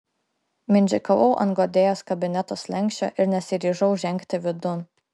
mindžikavau ant guodėjos kabineto slenksčio ir nesiryžau žengti vidun